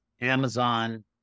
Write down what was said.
Amazon